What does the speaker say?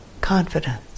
confidence